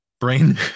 brain